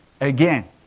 again